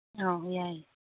ꯑꯣ ꯌꯥꯏꯌꯦ